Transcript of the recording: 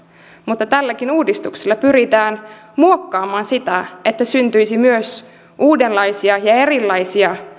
mutta tälläkin uudistuksella pyritään muokkaamaan sitä että syntyisi myös uudenlaisia ja erilaisia